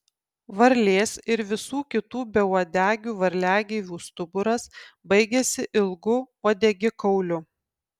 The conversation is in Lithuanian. varlės ir visų kitų beuodegių varliagyvių stuburas baigiasi ilgu uodegikauliu